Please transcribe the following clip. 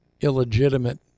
illegitimate